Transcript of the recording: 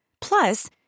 Plus